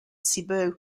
cebu